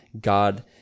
God